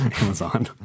Amazon